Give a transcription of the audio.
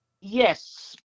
Yes